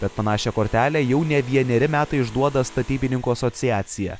kad panašią kortelę jau ne vieneri metai išduoda statybininkų asociacija